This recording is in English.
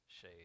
shade